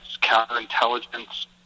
counter-intelligence